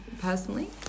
personally